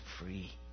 free